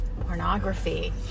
Pornography